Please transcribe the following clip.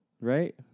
right